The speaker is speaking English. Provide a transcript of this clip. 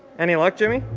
any luck jimmy?